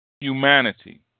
humanity